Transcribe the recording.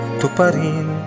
tuparin